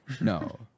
no